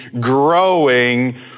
growing